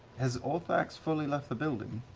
has orthax fully left the building?